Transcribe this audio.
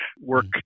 work